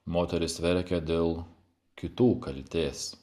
moterys verkia dėl kitų kaltės